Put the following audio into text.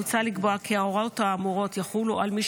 מוצע לקבוע כי ההוראות האמורות יחולו על מי